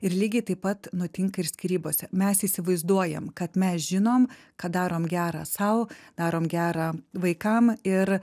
ir lygiai taip pat nutinka ir skyrybose mes įsivaizduojam kad mes žinom kad darom gerą sau darom gerą vaikam ir